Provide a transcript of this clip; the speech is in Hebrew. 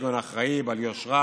ביותר, כגון אחראי, בעל יושרה,